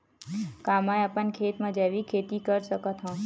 का मैं अपन खेत म जैविक खेती कर सकत हंव?